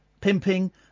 pimping